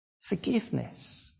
Forgiveness